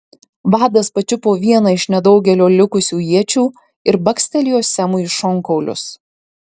vadas pačiupo vieną iš nedaugelio likusių iečių ir bakstelėjo semui į šonkaulius